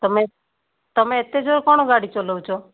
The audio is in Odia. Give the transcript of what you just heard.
ତୁମେ ତୁମେ ଏତେ ଜୋରରେ କଣ ଗାଡ଼ି ଚଲାଉଛ